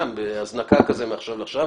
גם בהזנקה מעכשיו לעכשיו.